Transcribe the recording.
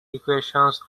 equations